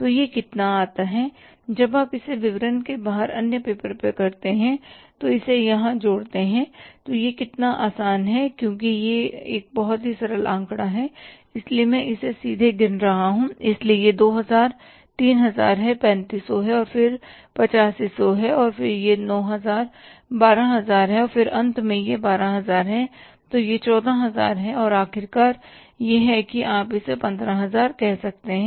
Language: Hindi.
तो यह कितना आता है जब आप इसे विवरण के बाहर अन्य पेपर में करते हैं और इसे यहां जोड़ते हैं तो यह कितना आसान है क्योंकि यह एक बहुत ही सरल आंकड़ा है इसलिए मैं इसे सीधे गिन रहा हूं इसलिए यह 2000 3000 है 3500 फिर यह 8500 है फिर यह 9000 12000 है और फिर अंत में यह 12000 है तो यह 14000 है और आखिरकार यह है कि आप इसे 15000 कह सकते हैं